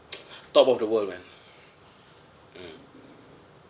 top of the world man mm